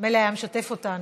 מילא היה משתף אותנו.